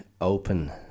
open